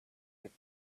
with